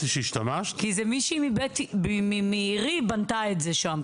כי איזו מישהי מבית עירי בנתה את זה שם,